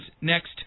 next